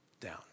down